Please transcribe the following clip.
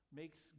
makes